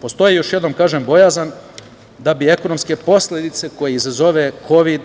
Postoji, još jednom kažem, bojazan da bi ekonomske posledice koje izazove kovid